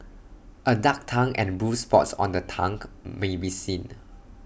A dark tongue and bruised spots on the tongue may be seen